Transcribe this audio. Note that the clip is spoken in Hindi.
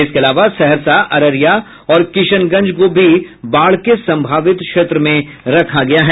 इसके अलावा सहरसा अररिया और किशनगंज को भी बाढ़ के संभावित क्षेत्र में रखा गया है